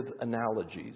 analogies